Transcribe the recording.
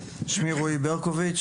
שמי רועי ברקוביץ,